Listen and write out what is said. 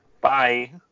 Bye